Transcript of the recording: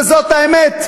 זאת האמת.